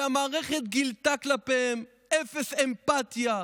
והמערכת גילתה כלפיהם אפס אמפתיה.